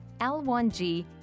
L1G